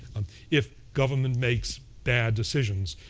um if government makes bad decisions,